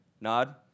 Nod